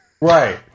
Right